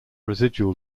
residual